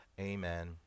amen